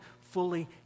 fully